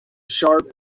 sharp